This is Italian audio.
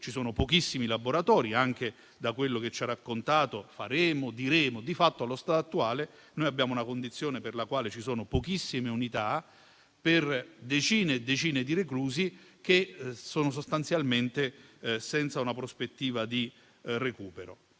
ci sono pochissimi laboratori. Ci ha raccontato dei faremo e dei diremo, ma di fatto, allo stato attuale, abbiamo una condizione per la quale ci sono pochissime unità per decine e decine di reclusi, che sono sostanzialmente senza una prospettiva di recupero.